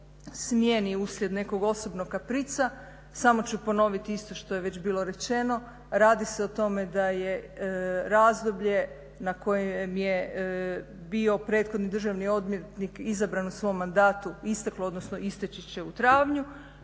smjeni uslijed nekog osobnog kaprica samo ću ponoviti isto što je već bilo rečeno, radi se o tome da je razdoblje na kojem je bio prethodni državni odvjetnik izabran u svom mandatu isteklo, odnosno isteći će u travnju.